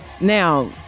Now